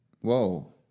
Whoa